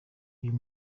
uyu